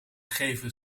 geven